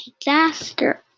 disaster